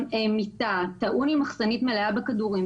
של מיטה טעון עם מחסנית מלאה בכדורים.